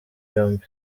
yombi